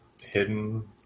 hidden